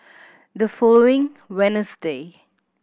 the following Wednesday